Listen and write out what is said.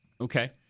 Okay